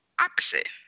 opposite